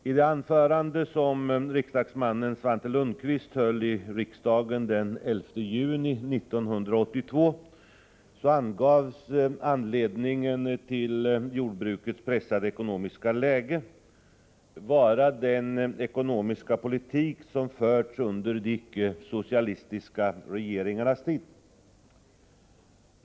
I det anförande som riksdagsman Svante Lundkvist höll i riksdagen den 11 juni 1982 angavs anledningen till jordbrukets pressade ekonomiska läge vara den ekonomiska politik som förts under de icke-socialistiska regeringarnas tid.